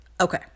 Okay